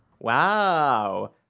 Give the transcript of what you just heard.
Wow